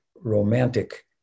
romantic